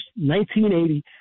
1980